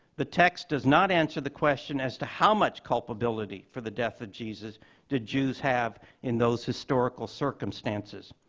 the text does not answer the question as to how much culpability for the death of jesus did jews have in those historical circumstances.